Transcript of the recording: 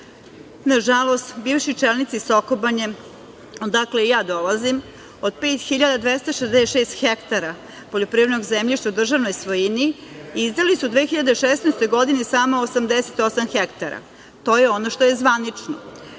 tome. Nažalost, bivši čelnici Sokobanje, odakle i ja dolazim, od 5.266 hektara poljoprivrednog zemljišta u državnoj svojini, izdali su u 2016. godini samo 88 hektara. To je ono što je zvanično.